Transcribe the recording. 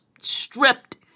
stripped